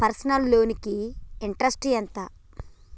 Personal loan కి interest ఎంత?